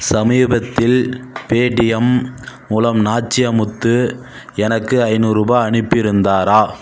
சமீபத்தில் பேடிஎம் மூலம் நாச்சியாமுத்து எனக்கு ஐந்நூறுபாய் அனுப்பியிருந்தாரா